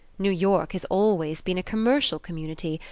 new york has always been a commercial community,